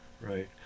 right